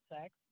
sex